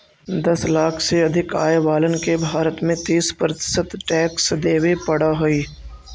दस लाख से अधिक आय वालन के भारत में तीस प्रतिशत टैक्स देवे पड़ऽ हई